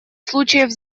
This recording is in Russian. случаев